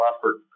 effort